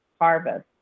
harvest